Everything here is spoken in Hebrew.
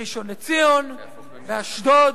בראשון-לציון, באשדוד,